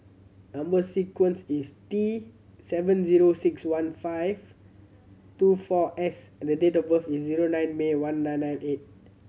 number sequence is T seven zero six one five two four S and the date of birth is zero nine May one nine nine eight